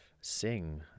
sing